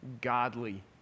godly